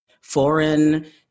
foreign